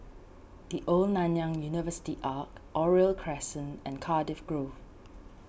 the Old Nanyang University Arch Oriole Crescent and Cardiff Grove